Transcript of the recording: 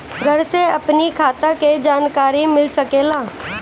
घर से अपनी खाता के जानकारी मिल सकेला?